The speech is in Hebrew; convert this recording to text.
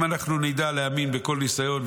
אם אנחנו נדע להאמין בכל ניסיון,